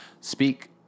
speak